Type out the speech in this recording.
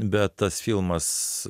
bet tas filmas